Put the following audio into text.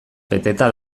beteta